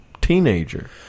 teenager